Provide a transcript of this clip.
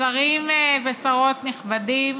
שרים ושרות נכבדים,